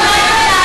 שלום, שולי.